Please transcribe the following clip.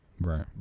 Right